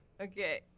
Okay